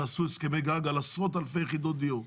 שעשו הסכמי גג על עשרות אלפי יחידות דיור?